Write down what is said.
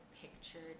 pictured